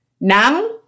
Now